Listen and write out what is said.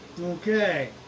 okay